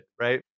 right